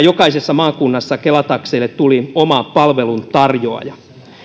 jokaisessa maakunnassa kela takseille tuli oma palveluntarjoaja meille